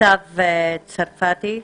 סתיו צרפתי.